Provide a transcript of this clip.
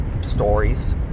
stories